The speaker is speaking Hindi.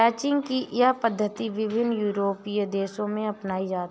रैंचिंग की यह पद्धति विभिन्न यूरोपीय देशों में अपनाई जाती है